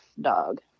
dog